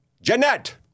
Jeanette